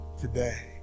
today